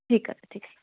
ঠিক আছে ঠিক আছে